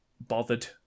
bothered